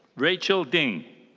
ruiqiu ding.